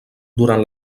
durant